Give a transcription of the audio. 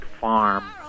Farm